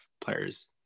players